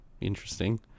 interesting